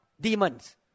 demons